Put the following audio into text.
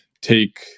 take